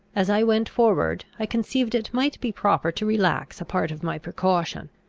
as i went forward, i conceived it might be proper to relax a part of my precaution.